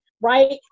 right